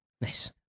Nice